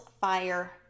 fire